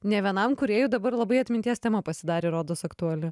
ne vienam kūrėjui dabar labai atminties tema pasidarė rodos aktuali